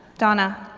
donna.